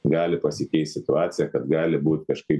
gali pasikeist situacija kad gali būt kažkaip